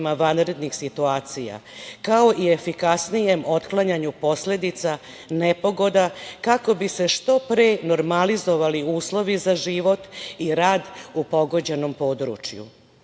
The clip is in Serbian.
vanrednih situacija, kao i efikasnijem otklanjanju posledica nepogoda, kako bi se što pre normalizovali uslovi za život i rad u pogođenom području. Drugi